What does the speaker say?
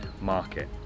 market